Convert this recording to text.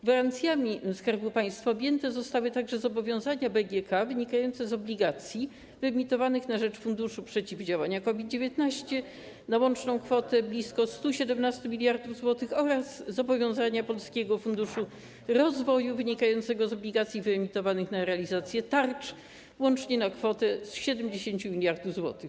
Gwarancjami Skarbu Państwa objęte zostały także zobowiązania BGK wynikające z obligacji wyemitowanych na rzecz Funduszu Przeciwdziałania COVID-19, na łączną kwotę blisko 117 mld zł, oraz zobowiązania Polskiego Funduszu Rozwoju wynikające z obligacji wyemitowanych na realizację tarcz, na łączną kwotę 70 mld zł.